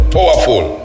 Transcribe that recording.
Powerful